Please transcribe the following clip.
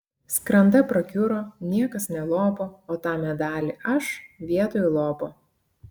skranda prakiuro niekas nelopo o tą medalį aš vietoj lopo